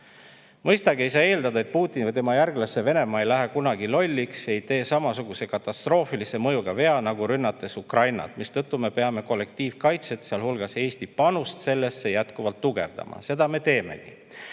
Mõistagi ei saa eeldada, et Putini või tema järglase Venemaa ei lähe kunagi lolliks, ei tee samasuguse katastroofilise mõjuga viga, nagu rünnates Ukrainat. Seetõttu me peame kollektiivkaitset, sealhulgas Eesti panust sellesse, jätkuvalt tugevdama. Seda me teemegi.